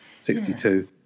62